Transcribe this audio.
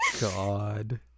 God